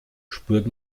spürt